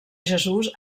jesús